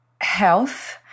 health